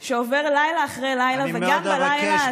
שעובר לילה אחרי לילה וגם בלילה הזה,